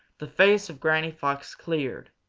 the face of granny fox cleared.